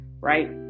Right